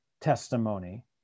testimony